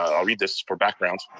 ah i'll read this for background.